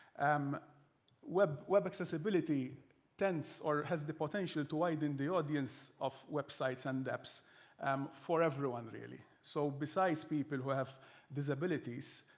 um web web accessibility tends or has the potential to widen the audience of websites and apps um for everyone, really. so besides people who have disabilities,